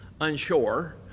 unsure